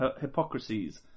hypocrisies